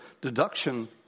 deduction